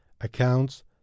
accounts